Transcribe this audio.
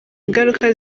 ngaruka